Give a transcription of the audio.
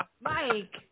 Mike